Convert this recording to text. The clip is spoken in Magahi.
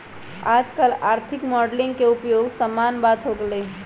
याजकाल आर्थिक मॉडलिंग के उपयोग सामान्य बात हो गेल हइ